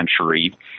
century